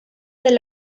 del